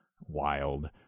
wild